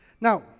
Now